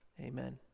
Amen